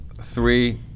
three